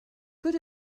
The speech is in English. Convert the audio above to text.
good